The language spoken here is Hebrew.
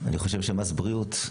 אני חושב שמס בריאות,